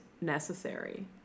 necessary